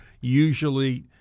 usually